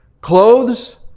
Clothes